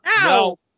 No